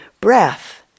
breath